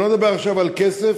אני לא מדבר עכשיו על כסף,